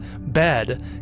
bed